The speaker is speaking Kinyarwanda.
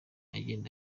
agenda